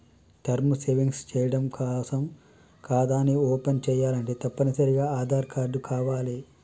term savings చెయ్యడం కోసం ఖాతాని ఓపెన్ చేయాలంటే తప్పనిసరిగా ఆదార్ కార్డు కావాలే